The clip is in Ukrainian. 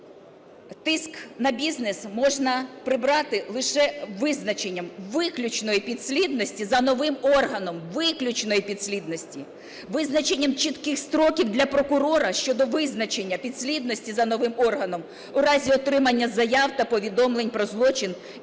Тиск на бізнес можна прибрати лише визначенням виключної підслідності за новим органом, виключної підслідності, визначенням чітких строків для прокурора щодо визначення підслідності за новим органом у разі отримання заяв та повідомлень про злочин іншим